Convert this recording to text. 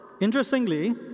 interestingly